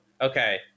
okay